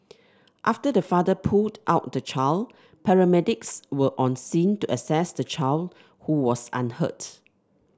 after the father pulled out the child paramedics were on scene to assess the child who was unhurt